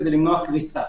כדי למנוע קריסה.